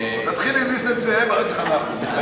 תתחיל עם נסים זאב, ואחר כך אנחנו.